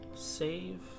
Save